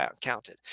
counted